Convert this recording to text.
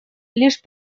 лишь